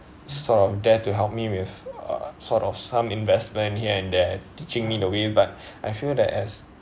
sort of there to help me with uh sort of some investment here and there teaching me the way but I feel that as